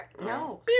No